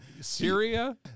Syria